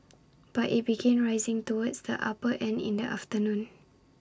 but IT began rising towards the upper end in the afternoon